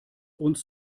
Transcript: uns